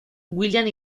william